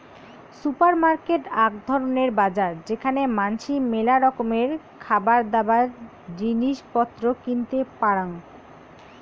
supermarket আক ধরণের বাজার যেখানে মানাসি মেলা রকমের খাবারদাবার, জিনিস পত্র কিনতে পারং